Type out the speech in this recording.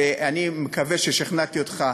ואני מקווה ששכנעתי אותך,